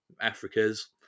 Africa's